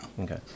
Okay